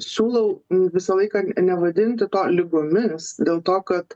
siūlau visą laiką ne nevadinti to ligomis dėl to kad